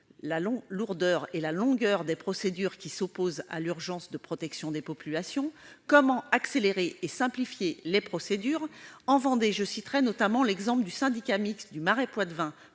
la lourdeur et la longueur des procédures s'opposent à l'urgence de protection des populations. Comment accélérer et simplifier les procédures ? En Vendée, je citerai notamment l'exemple du syndicat mixte du Marais poitevin